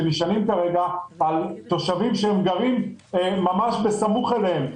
שנשענים כרגע על תושבים שגרים ממש בסמוך אליהם,